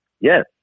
Yes